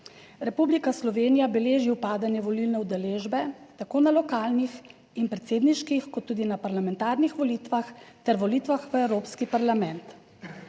Republika Slovenija beleži upadanje volilne udeležbe tako na lokalnih in predsedniških, kot tudi na parlamentarnih volitvah ter volitvah v Evropski parlament.